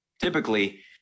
typically